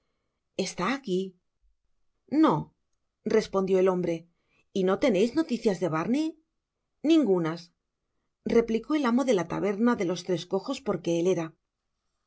está aquí no respondió el hombre y no teneis noticias de barney ningunas replicó el amo de la taberna de los tres cojos porque el era